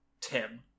tim